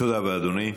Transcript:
תודה רבה, אדוני.